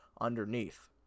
underneath